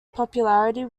popularity